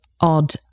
odd